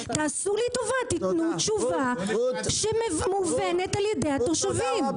תעשו לי טובה תנו תשובה שמובנת לתושבים.